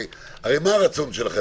הרי מה רצון שלכם?